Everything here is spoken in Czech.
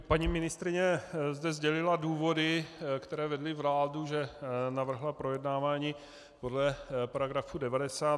Paní ministryně zde sdělila důvody, které vedly vládu, že navrhla projednávání podle § 90.